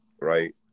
right